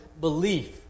belief